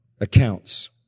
accounts